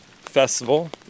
festival